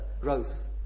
growth